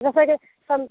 जैसा के सम